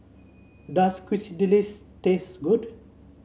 does Quesadillas taste good